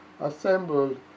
assembled